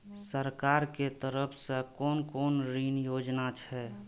सरकार के तरफ से कोन कोन ऋण योजना छै?